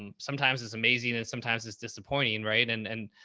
um sometimes it's amazing and sometimes it's disappointing. and right? and, and,